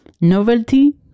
Novelty